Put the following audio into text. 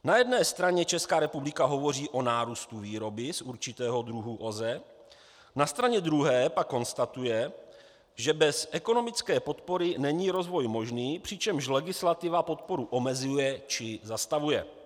Na jedné straně Česká republika hovoří o nárůstu výroby z určitého druhu OZE, na straně druhé pak konstatuje, že bez ekonomické podpory není rozvoj možný, přičemž legislativa podporu omezuje či zastavuje.